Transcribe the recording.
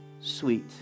sweet